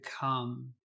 come